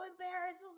embarrassed